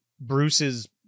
Bruce's